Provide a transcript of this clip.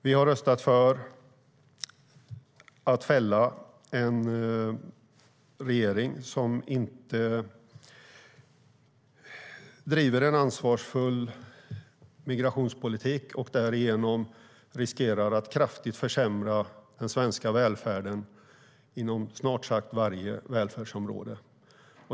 Vi har röstat för att fälla en regering som inte driver en ansvarsfull migrationspolitik och som därigenom riskerar att kraftigt försämra den svenska välfärden inom snart sagt varje välfärdsområde.